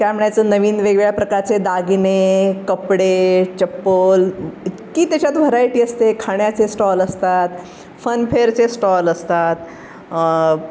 काय म्हणायचं नवीन वेगवेगळ्या प्रकारचे दागिने कपडे चप्पल इतकी त्याच्यात व्हरायटी असते खाण्याचे स्टॉल असतात फनफेअरचे स्टॉल असतात